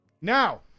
Now